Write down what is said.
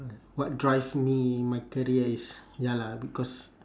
uh what drive me my career is ya lah because